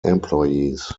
employees